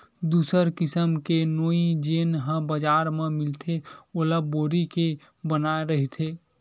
दूसर किसिम के नोई जेन ह बजार म मिलथे ओला बोरी के बनाये रहिथे